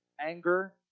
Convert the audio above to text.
anger